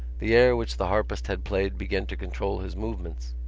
the air which the harpist had played began to control his movements.